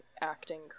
acting